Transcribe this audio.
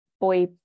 boy